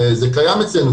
זה קיים אצלנו,